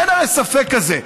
אין הרי ספק כזה.